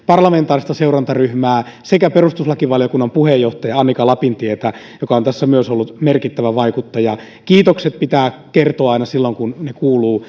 parlamentaarista seurantaryhmää sekä perustuslakivaliokunnan puheenjohtajaa annika lapintietä joka on tässä myös ollut merkittävä vaikuttaja kiitokset pitää kertoa aina silloin kun ne kuuluu